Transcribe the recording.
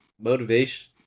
motivation